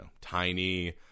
tiny